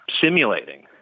simulating